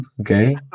okay